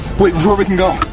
before we can go,